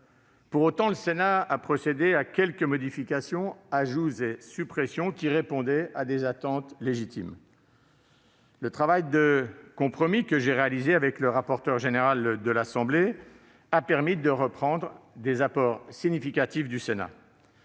Pour autant, le Sénat a procédé à quelques modifications, ajouts et suppressions qui répondaient à des attentes légitimes. Le travail de compromis que j'ai réalisé avec le rapporteur général de l'Assemblée nationale, Laurent Saint-Martin, a permis de reprendre plusieurs des apports significatifs du Sénat.